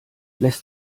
lässt